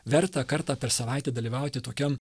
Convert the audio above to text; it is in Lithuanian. verta kartą per savaitę dalyvauti tokiam